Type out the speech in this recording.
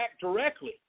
directly